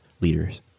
leaders